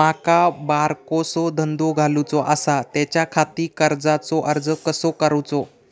माका बारकोसो धंदो घालुचो आसा त्याच्याखाती कर्जाचो अर्ज कसो करूचो?